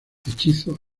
hechizos